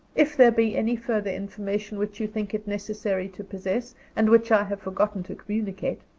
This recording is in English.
if there be any further information which you think it necessary to possess, and which i have forgotten to communicate,